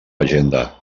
agenda